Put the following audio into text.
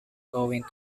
going